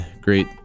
great